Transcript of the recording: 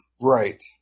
Right